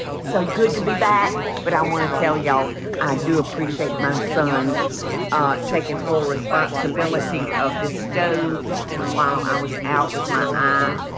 so good to be back. but i want to tell y'all i do appreciate my sons taking full responsibility of this stove while i was out with my ah